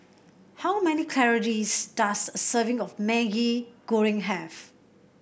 how many calories does a serving of Maggi Goreng have